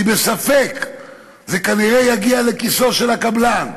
אני בספק"; זה כנראה "יגיע לכיסו של הקבלן".